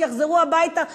שיחזרו הביתה בכבוד,